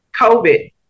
COVID